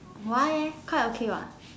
why eh quite okay what